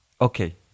Okay